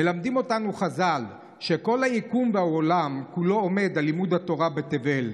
מלמדים אותנו חז"ל שכל היקום והעולם כולו עומדים על לימוד התורה בתבל.